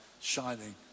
shining